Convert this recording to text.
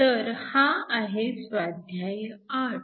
तर हा आहे स्वाध्याय 8